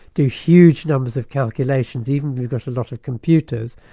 do huge numbers of calculations even if you've got a lot of computers,